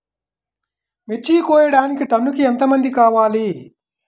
మిర్చి కోయడానికి టన్నుకి ఎంత మంది కావాలి?